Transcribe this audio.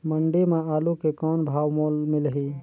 मंडी म आलू के कौन भाव मोल मिलही?